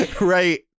right